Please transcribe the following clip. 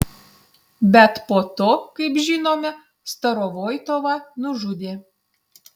bet po to kaip žinome starovoitovą nužudė